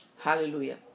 Hallelujah